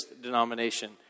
denomination